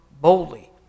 boldly